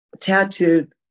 tattooed